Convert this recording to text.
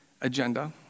agenda